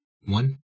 one